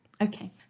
Okay